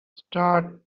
start